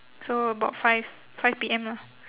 so about five five P_M lah